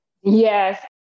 Yes